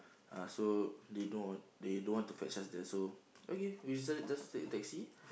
uh so they don't they don't want to fetch us there so okay we decided just take a taxi